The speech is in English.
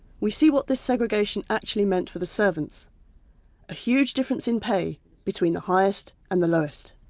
we see what this segregation actually meant for the servants a huge difference in pay between the highest and the lowest.